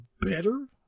better